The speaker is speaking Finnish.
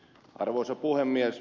arvoisa puhemies